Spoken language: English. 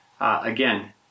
Again